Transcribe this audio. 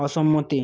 অসম্মতি